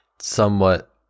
somewhat